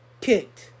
kicked